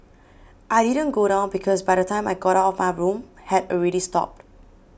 I didn't go down because by the time I got out of my room had already stopped